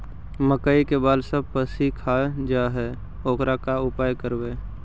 मकइ के बाल सब पशी खा जा है ओकर का उपाय करबै?